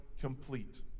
complete